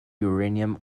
uranium